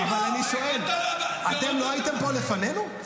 זה עוד יותר מטריד, אתה